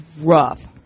rough